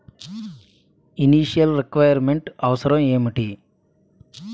Initial requirement అవసరం ఎంటి?